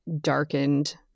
darkened